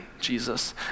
Jesus